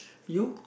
you